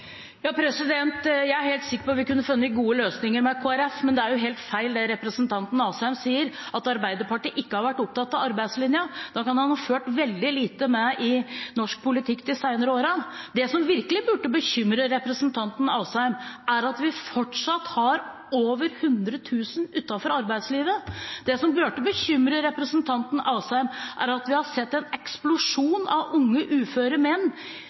Jeg er helt sikkert på at vi kunne funnet gode løsninger med Kristelig Folkeparti, men det er jo helt feil det representanten Asheim sier, at Arbeiderpartiet ikke har vært opptatt av arbeidslinja. Da kan han ha fulgt veldig lite med i norsk politikk de seinere årene. Det som virkelig burde bekymre representanten Asheim, er at vi fortsatt har over hundre tusen utenfor arbeidslivet. Det som burde bekymre representanten Asheim, er at vi har sett en eksplosjon av antallet unge uføre menn